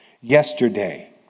Yesterday